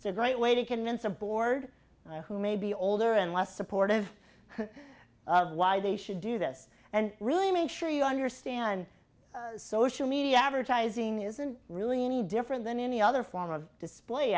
it's a great way to convince a board who may be older and less supportive of why they should do this and really make sure you understand social media advertising isn't really any different than any other form of display